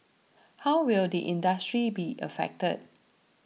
how will the industry be affected